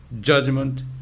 judgment